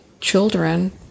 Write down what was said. children